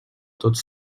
tots